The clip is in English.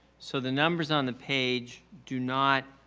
so the numbers on the page do not